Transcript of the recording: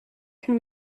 can